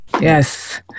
Yes